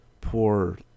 poor